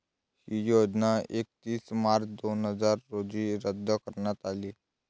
ही योजना एकतीस मार्च दोन हजार रोजी रद्द करण्यात आली